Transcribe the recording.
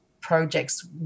projects